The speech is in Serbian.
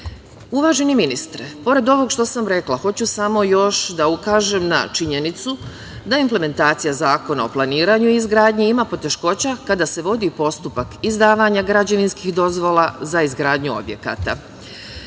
EU.Uvaženi ministre, pored ovog što sam rekla, hoću samo još da ukažem na činjenicu da implementacija Zakona o planiranju i izgradnji ima poteškoća kada se vodi postupak izdavanja građevinskih dozvola za izgradnju objekata.